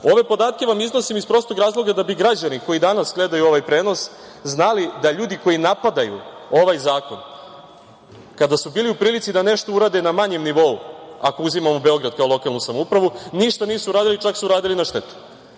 podatke vam iznosim iz prostog razloga da bi građani koji danas gledaju ovaj prenos znali da ljudi koji napadaju ovaj zakon kada su bili u prilici da nešto urade na manjem nivou, ako uzimamo Beograd kao lokalnu samoupravu, ništa nisu uradili, čak su uradili na štetu.